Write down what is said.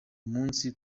munsi